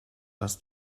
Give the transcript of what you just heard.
dass